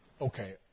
Okay